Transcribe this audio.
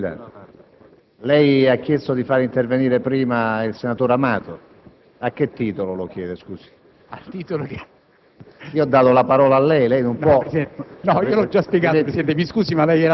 Mi scusi, lei ha chiesto di far intervenire prima il senatore Amato: a che titolo lo chiede, scusi?